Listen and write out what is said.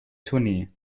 tournee